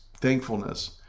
thankfulness